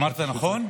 אמרת נכון?